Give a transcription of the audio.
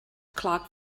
clark